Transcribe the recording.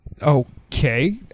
Okay